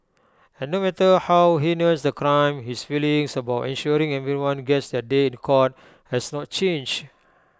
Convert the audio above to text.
and no matter how heinous the crime his feelings about ensuring everyone gets their day in court has not changed